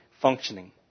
functioning